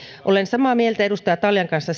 olen samaa mieltä edustaja taljan kanssa